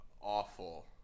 Awful